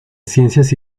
ciencias